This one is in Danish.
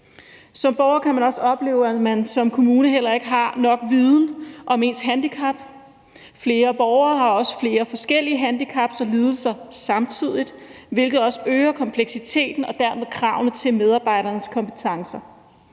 Som borger kan man også opleve, at kommunen heller ikke har nok viden om ens handicap. Flere borgere har også flere forskellige handicap og lidelser samtidig, hvilket også øger kompleksiteten og dermed kravene til medarbejdernes kompetencer.